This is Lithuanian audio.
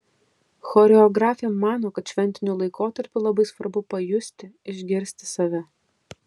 choreografė mano kad šventiniu laikotarpiu labai svarbu pajusti išgirsti save